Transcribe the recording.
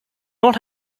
not